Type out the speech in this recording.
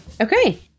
Okay